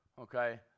okay